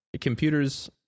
Computers